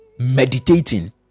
meditating